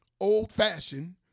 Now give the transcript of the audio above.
old-fashioned